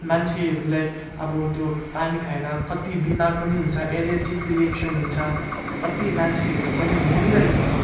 मान्छेहरूलाई अब त्यो पानी खाएर कत्ति बिमार पनि हुन्छ एलेर्जिक रिएक्सन हुन्छ कत्ति मान्छेहरू पनि मरिरहेको छ